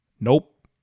Nope